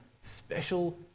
special